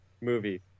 movie